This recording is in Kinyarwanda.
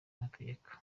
amategeko